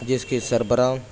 جس کے سربراہ